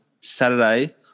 Saturday